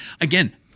Again